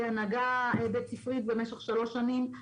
הנהגה בית-ספרית במשך 3 שנים,